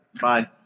Bye